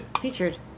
Featured